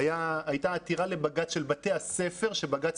הייתה עתירה לבג"ץ מטעם בתי הספר ובג"ץ